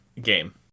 game